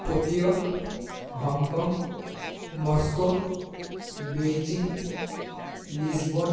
Tokyo Hong Kong Moscow Beijing Lisbon